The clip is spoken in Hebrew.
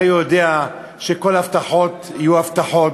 הרי הוא יודע שכל ההבטחות יהיו הבטחות.